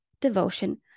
devotion